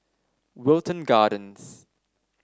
Wilton Gardens